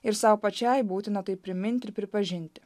ir sau pačiai būtina tai priminti ir pripažinti